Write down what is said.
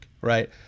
right